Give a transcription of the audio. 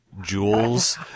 jewels